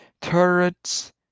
turrets